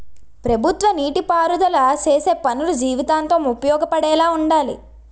ప్రభుత్వ నీటి పారుదల సేసే పనులు జీవితాంతం ఉపయోగపడేలా వుండాలి